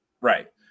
right